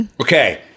Okay